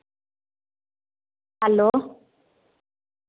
hello